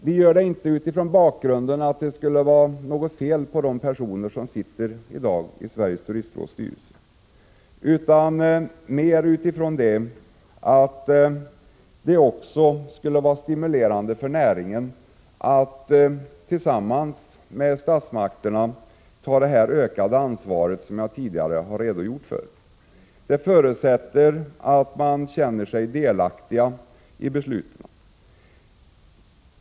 Vi gör det inte mot bakgrund av att det skulle vara något fel på de personer som i dag sitter i styrelsen, utan mera därför att det skulle vara stimulerande för näringen att tillsammans med statsmakterna ta det ökade ansvar som jag tidigare har redogjort för. Det förutsätter att man känner sig delaktig i beslutet.